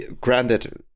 granted